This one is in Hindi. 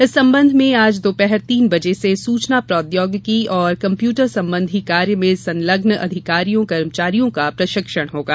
इस संबंध में आज दोपहर तीन बजे से सूचना प्रौद्योगिकी कम्प्यूटर संबंधी कार्य में संलग्न अधिकारियों कर्मचारियों का प्रशिक्षण होगा